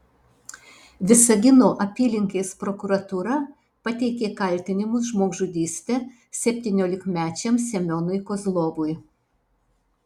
visagino apylinkės prokuratūra pateikė kaltinimus žmogžudyste septyniolikmečiam semionui kozlovui